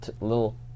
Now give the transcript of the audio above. little